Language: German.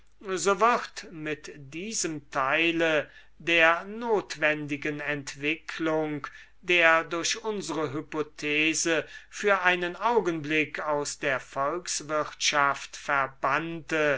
so wird mit diesem teile der notwendigen entwicklung der durch unsere hypothese für einen augenblick aus der volkswirtschaft verbannte